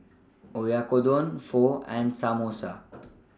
Oyakodon Pho and Samosa